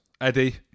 Eddie